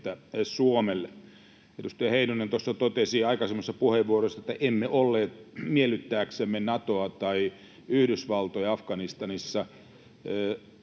Suomelle. Edustaja Heinonen tuossa totesi aikaisemmassa puheenvuorossaan, että emme olleet Afganistanissa miellyttääksemme Natoa tai Yhdysvaltoja. Ehkä se